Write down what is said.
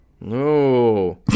No